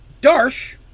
Darsh